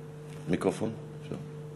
היושב-ראש, מיקרופון, אפשר?